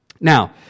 Now